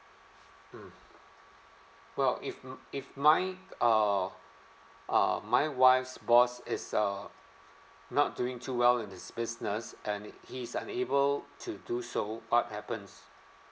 mm well if if mine uh uh my wife's boss is uh not doing too well in his business and he is unable to do so what happens